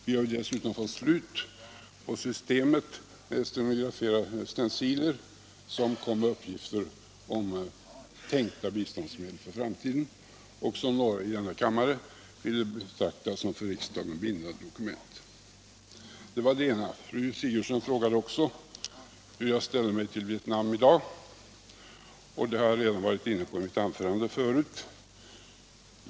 Vi har dessutom fått slut på systemet att presentera stenciler för utskottet med uppgifter om tilltänkta biståndsmedel i framtiden, något som några ledamöter av denna kammare ville betrakta som för riksdagen bindande dokument. Fru Sigurdsen frågade också hur jag ställer mig till Vietnam i dag, Internationellt utvecklingssamar och det har jag redan varit inne på i mitt tidigare anförande.